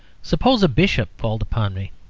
suppose a bishop called upon me.